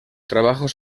trabajos